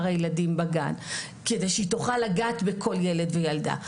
הילדים בגן כדי שהיא תוכל להגיע לכל ילד וילדה.